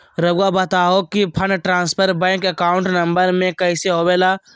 रहुआ बताहो कि fund transfer bank account number में कैसे होबेला?